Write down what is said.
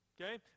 Okay